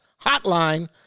hotline